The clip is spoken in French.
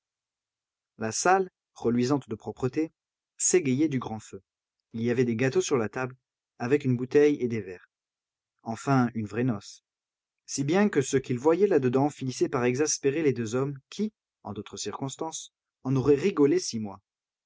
la salle reluisante de propreté s'égayait du grand feu il y avait des gâteaux sur la table avec une bouteille et des verres enfin une vraie noce si bien que ce qu'ils voyaient là-dedans finissait par exaspérer les deux hommes qui en d'autres circonstances en auraient rigolé six mois